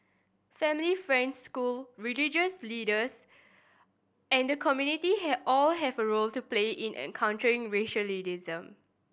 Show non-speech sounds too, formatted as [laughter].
family friends school religious leaders and the community have all have a role to play in countering [unintelligible]